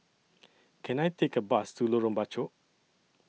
Can I Take A Bus to Lorong Bachok